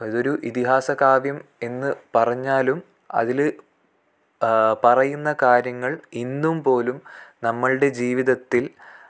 അതൊരു ഇതിഹാസ കാവ്യം എന്ന് പറഞ്ഞാലും അതിൽ പറയുന്ന കാര്യങ്ങൾ ഇന്നും പോലും നമ്മളുടെ ജീവിതത്തിൽ